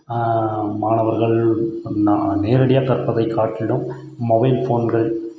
மாணவர்கள் நேரடியாக கற்பதைக் காட்டிலும் மொபைல் ஃபோன்கள்